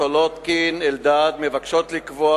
סולודקין ואלדד מבקשות לקבוע